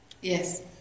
Yes